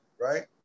right